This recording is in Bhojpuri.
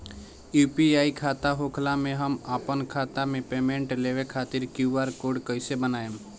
यू.पी.आई खाता होखला मे हम आपन खाता मे पेमेंट लेवे खातिर क्यू.आर कोड कइसे बनाएम?